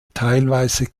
teilweise